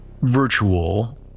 virtual